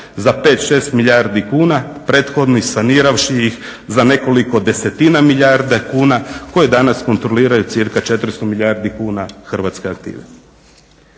5, 6 milijardi kuna prethodno saniravši ih za nekoliko desetina milijarda kuna koje danas kontroliraju cirka 400 milijardi kuna hrvatske aktive.